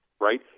right